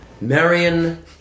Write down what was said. Marion